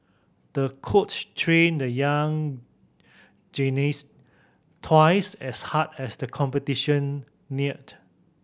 the coach trained the young gymnast twice as hard as the competition neared